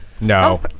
No